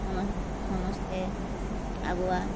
ସମସ୍ତେ ଆଗୁଆ